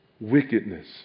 wickedness